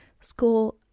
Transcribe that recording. school